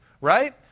right